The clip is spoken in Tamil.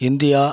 இந்தியா